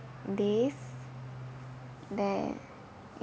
days there